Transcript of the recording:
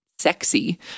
sexy